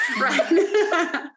Right